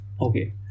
Okay